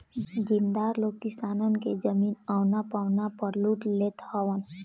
जमीदार लोग किसानन के जमीन औना पौना पअ लूट लेत हवन